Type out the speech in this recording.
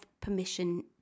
permission